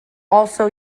also